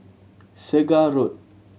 Segar Road